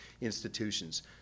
institutions